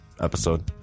episode